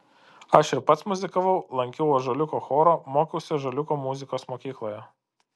aš ir pats muzikavau lankiau ąžuoliuko chorą mokiausi ąžuoliuko muzikos mokykloje